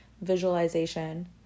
visualization